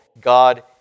God